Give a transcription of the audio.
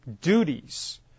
duties